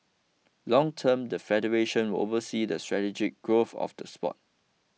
long term the federation will oversee the strategic growth of the sport